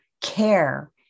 care